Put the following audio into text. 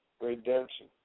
redemption